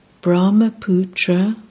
Brahmaputra